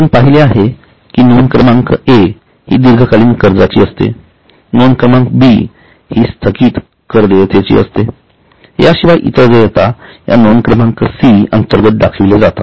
आपण पाहिले आहे की नोंद क्रमांक ए हि दीर्घकालीन कर्जाची असते नोंद क्रमांक बी हि स्थागित कर देयतेची असते याशिवाय इतर देयता या नोंद क्रमांक सी अंतर्गत दाखविल्या जातात